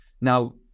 Now